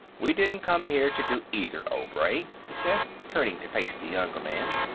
we didn't come here to do either, obray, he said, turning to face the younger man.